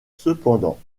cependant